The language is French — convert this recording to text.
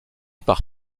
par